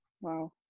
Wow